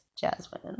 Jasmine